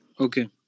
Okay